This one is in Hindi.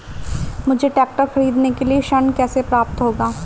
मुझे ट्रैक्टर खरीदने के लिए ऋण कैसे प्राप्त होगा?